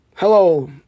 Hello